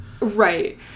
Right